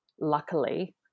luckily